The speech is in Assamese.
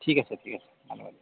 ঠিক আছে ঠিক আছে ধন্যবাদ